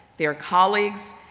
their colleagues,